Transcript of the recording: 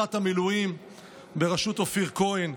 לעמותת המילואים בראשות אופיר כהן,